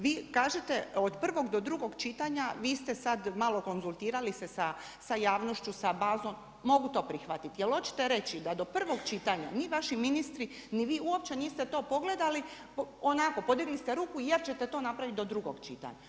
Vi kažete od prvog do drugog čitanja, vi ste sad malo konzultirali se sa javnošću, sa bazom, mogu to prihvatiti, ali hoćete reći da do prvog čitanja ni vaši ministri ni vi uopće niste to pogledali, onako podigli ste ruku jer ćete to napraviti do drugog čitanja.